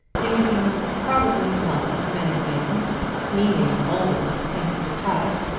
thinking probably not of many things meaning always to think of the past,